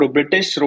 British